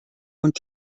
und